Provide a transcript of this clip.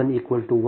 40 p